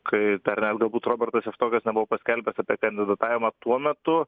kai dar net galbūt robertas javtokas nebuvo paskelbęs apie kandidatavimą tuo metu